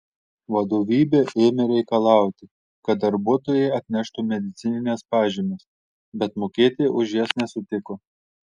vadovybė ėmė reikalauti kad darbuotojai atneštų medicinines pažymas bet mokėti už jas nesutiko